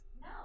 No